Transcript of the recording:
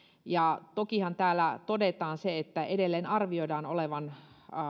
tokihan täällä todetaan että edelleen arvioidaan olevan